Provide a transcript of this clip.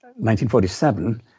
1947